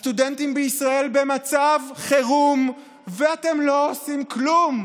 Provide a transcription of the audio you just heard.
הסטודנטים בישראל במצב חירום, ואתם לא עושים כלום,